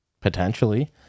Potentially